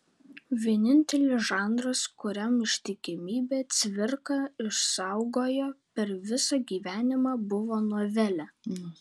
vienintelis žanras kuriam ištikimybę cvirka išsaugojo per visą gyvenimą buvo novelė